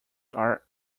are